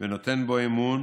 ונותן בו אמון